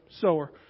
sower